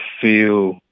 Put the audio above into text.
feel